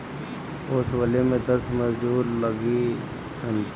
ओसवले में दस मजूर लगिहन